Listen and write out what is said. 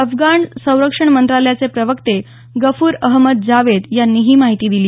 अफगाण संरक्षण मंत्रालयाचे प्रवक्ते गफूर अहमद जावेद यांनी ही माहिती दिली